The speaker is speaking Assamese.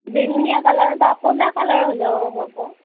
বেঙুনীয়া কালাৰৰ বা ক'লা কালাৰৰ হ'লেও হ'ব